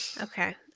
Okay